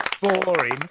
Boring